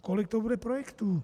Kolik to bude projektů?